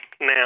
now